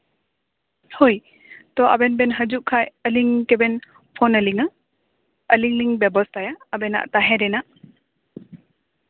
ᱦᱳᱭ ᱛᱚ ᱟᱵᱮᱱ ᱵᱮᱱ ᱦᱤᱡᱩᱜ ᱠᱷᱟᱱ ᱟᱞᱤᱧ ᱜᱮᱵᱮᱱ ᱯᱷᱳᱱ ᱟᱞᱤᱧᱟ ᱟᱞᱤᱧ ᱞᱤᱧ ᱵᱮᱵᱚᱥᱛᱟᱭᱟ ᱟᱵᱮᱱᱟᱜ ᱛᱟᱦᱮᱱ ᱨᱮᱭᱟᱜ